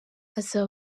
asaba